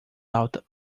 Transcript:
alta